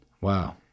Wow